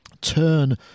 turn